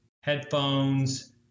headphones